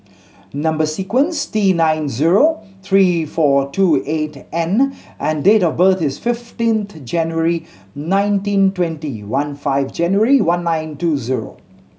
number sequence T nine zero three four two eight N and date of birth is fifteenth January nineteen twenty one five January one nine two zero